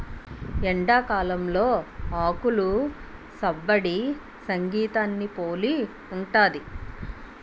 ఎండాకాలంలో ఆకులు సవ్వడి సంగీతాన్ని పోలి ఉంటది